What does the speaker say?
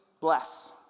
bless